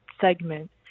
segment